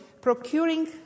procuring